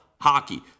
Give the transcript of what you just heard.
hockey